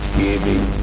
giving